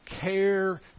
care